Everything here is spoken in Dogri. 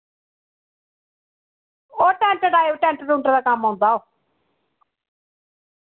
ओह् टैंट टाइप टैंट टूंट दे कम्म औंदा ओ